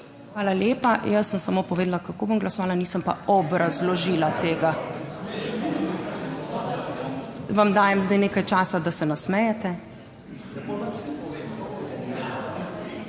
Hvala lepa. Jaz sem samo povedala, kako bom glasovala, nisem pa obrazložila tega. / smeh v dvorani/ vam dajem zdaj nekaj časa, da se nasmejete.